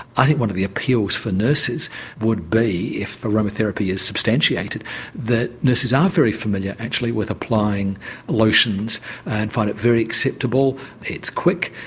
i think one of the appeals for nurses would be if aroma therapy is substantiated that nurses are very familiar actually with applying lotions and find it very acceptable it's quick,